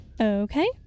Okay